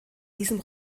diesem